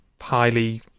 highly